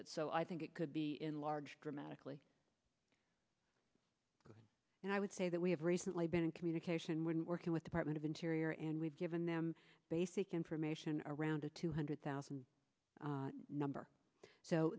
it so i think it could be in large dramatically and i would say that we have recently been in communication with working with department of interior and we've given them basic information around a two hundred thousand number so